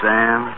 Sam